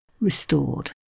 restored